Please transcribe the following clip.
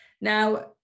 Now